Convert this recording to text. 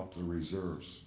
up the reserves